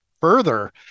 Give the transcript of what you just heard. further